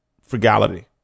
frugality